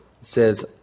says